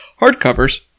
hardcovers